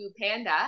panda